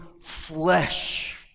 flesh